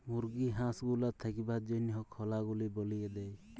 মুরগি হাঁস গুলার থাকবার জনহ খলা গুলা বলিয়ে দেয়